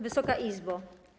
Wysoka Izbo!